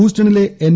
ഫൂസ്റ്റണിലെ N